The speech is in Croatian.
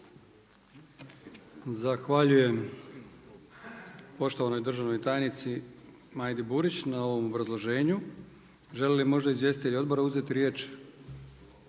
Zahvaljujem poštovanom državnom tajniku gospodinu Kristijanu Turkalju na ovom obrazloženju. Žele li možda izvjestitelji odbora uzeti riječ?